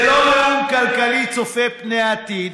זה לא נאום כלכלי צופה פני עתיד.